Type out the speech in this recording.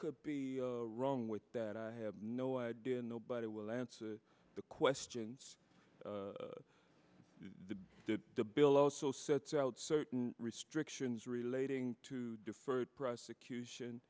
could be wrong with that i have no idea nobody will answer the questions did the bill also sets out certain restrictions relating to deferred prosecution